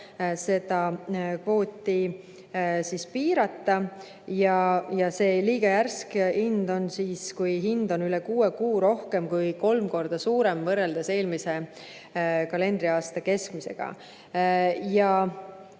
seda kvooti piirata. Ja see liiga järsk hinnatõus on siis, kui hind on üle kuue kuu rohkem kui kolm korda kõrgem võrreldes eelmise kalendriaasta keskmisega.